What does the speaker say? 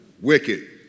Wicked